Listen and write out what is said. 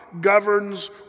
governs